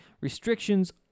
Restrictions